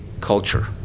culture